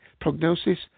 Prognosis